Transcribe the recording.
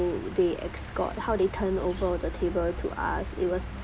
they escort how they turn over the table to us it was